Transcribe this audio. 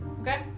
Okay